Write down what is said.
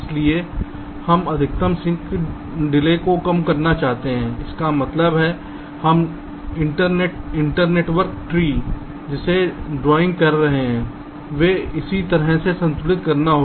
इसलिए हम अधिकतम सिंक विलंब को कम करना चाहते हैं इसका मतलब है यह इंटरनेटवर्क ट्री internetwork tree जिसे हम ड्राइंग कर रहे हैं इसे किसी तरह से संतुलित करना होगा